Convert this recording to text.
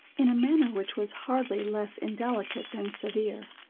in a manner which was hardly less indelicate than severe.